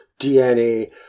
DNA